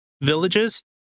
villages